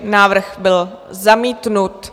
Návrh byl zamítnut.